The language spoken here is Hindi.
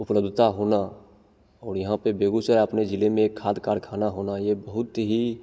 उपलब्धता होना और यहाँ पर बेगुसराय अपने ज़िले में एक खाद कारख़ाना होना यह बहुत ही